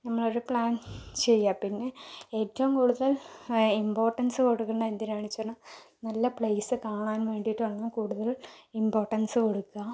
നമ്മളൊരു പ്ലാൻ ചെയ്യുക പിന്നെ ഏറ്റവും കൂടുതൽ ഇമ്പോർട്ടൻസ് കൊടുക്കുന്നത് എന്തിനാണെന്നുവെച്ചാൽ നല്ല പ്ലേസ് കാണാൻ വേണ്ടിയിട്ടാണ് കൂടുതൽ ഇമ്പോർട്ടൻസ് കൊടുക്കുക